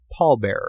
pallbearer